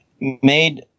made